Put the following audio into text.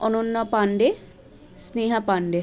Ananya Pandey Sneha Pandey